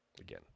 Again